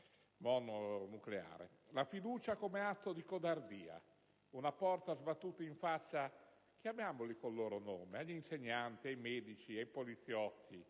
La fiducia come atto di codardia: una porta sbattuta in faccia a (chiamiamoli con i loro nomi) insegnanti, medici, poliziotti,